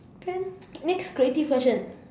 can next creative question